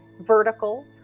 vertical